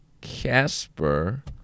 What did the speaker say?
Casper